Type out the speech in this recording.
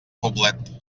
poblet